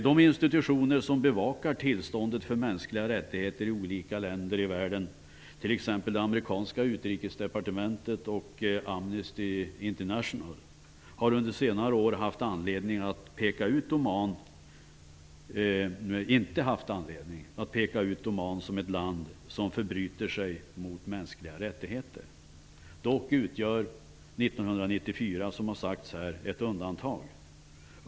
De institutioner som bevakar tillståndet för mänskliga rättigheter i olika länder i världen, t.ex. det amerikanska utrikesdepartementet och Amnesty International, har under senare år inte haft anledning att peka ut Oman som ett land som förbryter sig mot mänskliga rättigheter. Dock utgör 1994, som har sagts här, ett undantag.